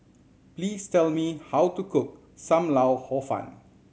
please tell me how to cook Sam Lau Hor Fun